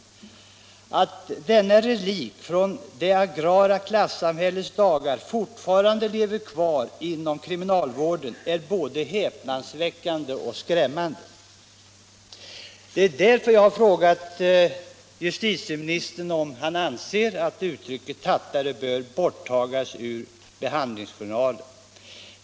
Att denna relikt från det agrara klassamhällets dagar fortfarande lever kvar inom kriminalvården är både häpnadsväckande och skrämmande. Därför har jag frågat justitieministern om han anser att uttrycket tattare bör borttagas ur behandlingsjournaler.